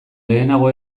lehenago